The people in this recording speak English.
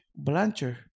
Blancher